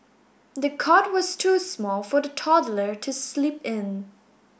the cot was too small for the toddler to sleep in